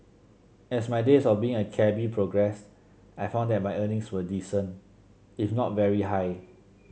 as my days of being a cabby progressed I found that my earnings were decent if not very high